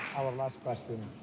our last question.